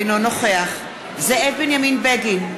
אינו נוכח זאב בנימין בגין,